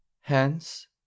hence